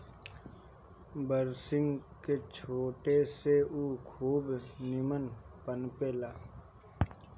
बरसिंग के छाटे से उ खूब निमन पनपे ला